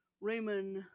Raymond